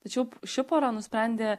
tačiau ši pora nusprendė